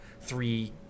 three